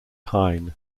hein